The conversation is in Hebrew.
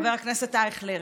חבר הכנסת אייכלר,